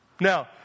Now